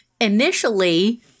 initially